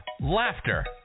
laughter